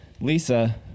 Lisa